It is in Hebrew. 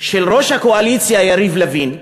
של ראש הקואליציה, יריב לוין,